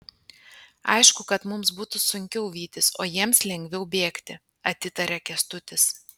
aišku kad mums būtų sunkiau vytis o jiems lengviau bėgti atitaria kęstutis